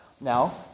Now